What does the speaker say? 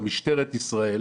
משטרת ישראל,